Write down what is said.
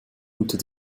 unter